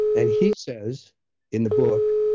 and he says in the book,